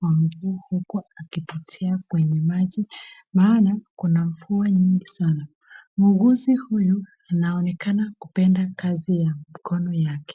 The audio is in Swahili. kwa miguu huko akipitia kwenye maji maana kuna mvua nyingi sana. Muuguzi huyu anaonekana kupenda kazi ya mkono yake.